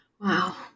Wow